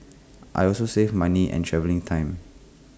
I also save money and travelling time